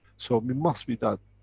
so we must be that